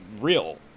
real